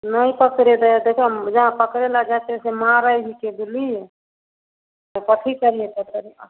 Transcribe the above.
नहि पकड़ै दै हय देखिऔ ने जहाँ पकड़ै लए जाइ छियै से मारै हिके बुझलियै तऽ कथी करियै तऽ फेर आ